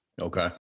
okay